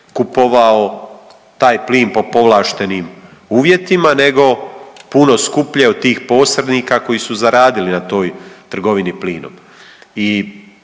kupovao taj plin po povlaštenim uvjetima nego puno skuplje od tih posrednika koji su zaradili na toj trgovini plinom.